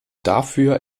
dafür